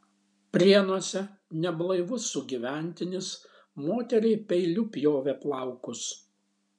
prienuose neblaivus sugyventinis moteriai peiliu pjovė plaukus